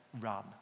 run